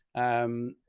um,